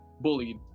bullied